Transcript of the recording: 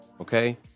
Okay